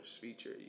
feature